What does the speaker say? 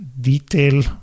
detail